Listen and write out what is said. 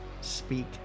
speak